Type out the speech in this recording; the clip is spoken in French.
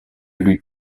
lui